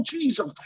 Jesus